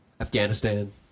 Afghanistan